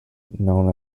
known